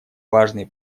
важные